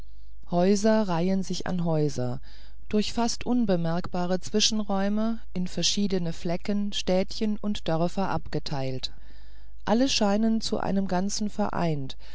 häuser reihen sich an häuser durch fast unbemerkbare zwischenräume in verschiedene flecken städtchen und dörfer abgeteilt alle scheinen zu einem ganzen vereint